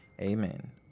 Amen